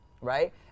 right